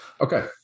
Okay